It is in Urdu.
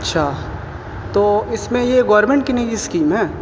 اچھا تو اس میں یہ گورنمنٹ کی نجی اسکیم ہے